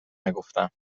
نگفتم